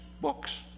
books